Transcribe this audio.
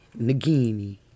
Nagini